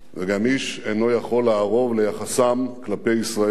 ואיש גם אינו יכול לערוב ליחסם כלפי ישראל.